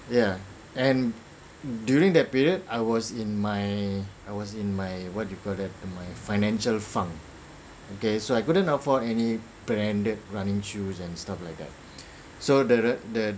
ya and during that period I was in my I was in my what you call that the my financial funk okay so I couldn't afford any branded running shoes and stuff like that so the the the